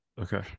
Okay